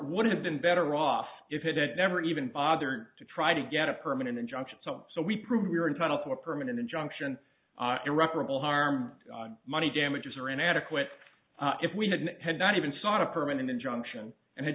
would have been better off if it had never even bother to try to get a permanent injunction so we prove we're entitled to a permanent injunction irreparable harm money damages are inadequate if we hadn't had not even sought a permanent injunction and